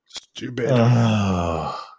Stupid